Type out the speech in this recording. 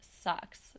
sucks